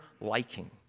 liking